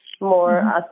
more